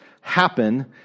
happen